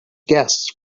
guests